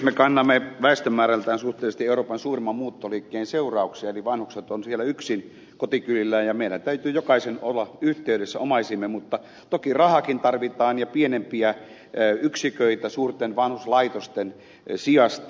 me kannamme väestömäärältään suhteellisesti euroopan suurimman muuttoliikkeen seurauksia eli vanhukset ovat siellä yksin kotikylillään ja meidän täytyy jokaisen olla yhteydessä omaisiimme mutta toki rahaakin tarvitaan ja pienempiä yksiköitä suurten vanhuslaitosten sijasta